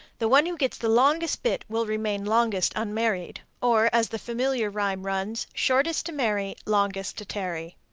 the one who gets the longest bit will remain longest unmarried, or, as the familiar rhyme runs shortest to marry, longest to tarry.